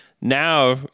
Now